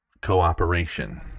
cooperation